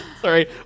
Sorry